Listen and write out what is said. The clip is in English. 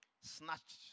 snatched